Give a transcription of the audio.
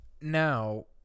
Now